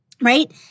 right